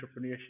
entrepreneurship